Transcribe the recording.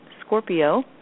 Scorpio